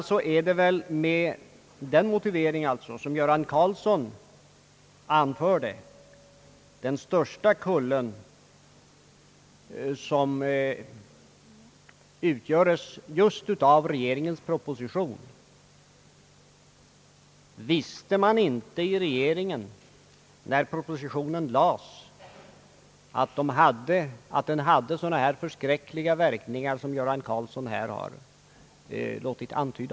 hyreslagstiftningen är det väl med den motivering som herr Göran Karlsson anförde den största »tuvan» som utgöres just av regeringens proposition. Visste regeringen inte när propositionen lades fram att den hade så förskräckliga verkningar som herr Göran Karlsson här antytt?